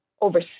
over